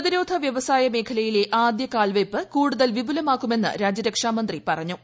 പ്രതിരോധ വ്യവസായ മേഖലയിലെ ആദ്യ കാൽവയ്പ് കൂടുതൽ വിപുലമാക്കുമെന്ന് രാജ്യരക്ഷാ മന്ത്രി പറഞ്ഞു